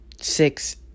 six